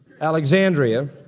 Alexandria